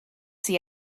see